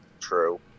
true